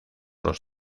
los